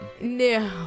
No